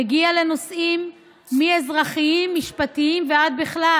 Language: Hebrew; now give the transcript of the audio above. מגיע לנושאים מנושאים אזרחיים ומשפטיים ועד בכלל: